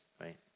right